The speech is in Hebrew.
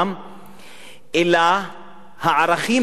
אלא הערכים הדתיים שלהם,